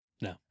No